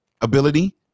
ability